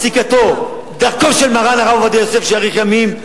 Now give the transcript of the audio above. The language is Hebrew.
פסיקתו, דרכו של מרן עובדיה יוסף, שיאריך ימים,